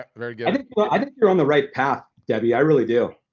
ah very good. i think you're on the right path, debbie. i really do.